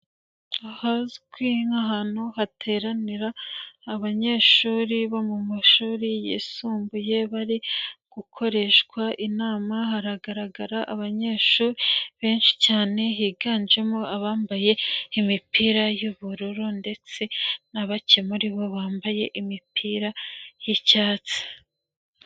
Ahazwi nk'ahantu hateranira abanyeshuri bo mu mashuri yisumbuye bari gukoreshwa inama, haragaragara abanyeshuri benshi cyane, higanjemo abambaye imipira y'ubururu ndetse na bake muri bo bambaye imipira y'icyatsi.